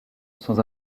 sans